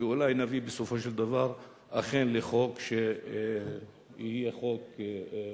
ואולי נביא בסופו של דבר אכן לחוק שיהיה חוק מושלם.